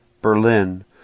Berlin